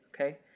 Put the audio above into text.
Okay